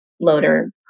loader